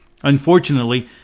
Unfortunately